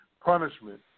punishment